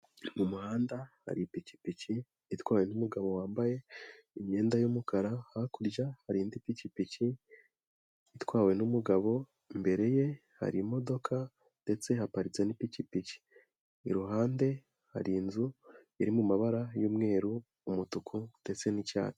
Mu muhanda hari ipikipiki itwawe n'umugabo wambaye imyenda y'umukara, hakurya hari indi pikipiki itwawe n'umugabo, imbere ye hari imodoka ndetse haparitse n'ipikipiki. Iruhande hari inzu iri mu mabara y'umweru, umutuku, ndetse n'icyatsi.